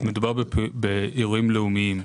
מדובר באירועים לאומיים,